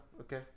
Okay